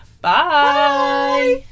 Bye